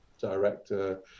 director